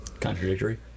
contradictory